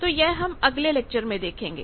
तो यह हम अगले लेक्चर में देखेंगे